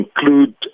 include